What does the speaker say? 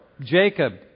Jacob